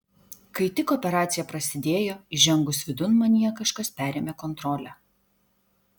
kai tik operacija prasidėjo įžengus vidun manyje kažkas perėmė kontrolę